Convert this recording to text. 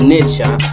Nature